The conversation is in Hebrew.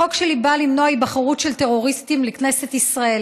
הצעת החוק שלי באה למנוע היבחרות של טרוריסטים לכנסת ישראל.